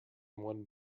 one